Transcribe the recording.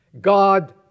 God